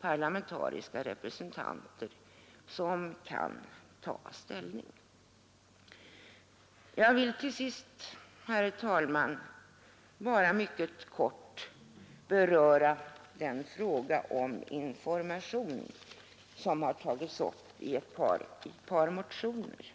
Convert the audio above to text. parlamentariska representanterna som kan ta ställning till namnen. Jag vill till sist, herr talman, bara mycket kort beröra den fråga om information som har tagits upp i ett par motioner.